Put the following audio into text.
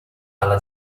alla